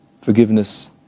forgiveness